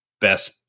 best